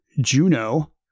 Juno